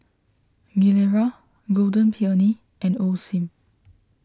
Gilera Golden Peony and Osim